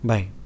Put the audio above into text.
Bye